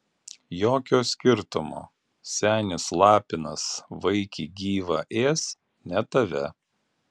jokio skirtumo senis lapinas vaikį gyvą ės ne tave